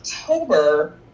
october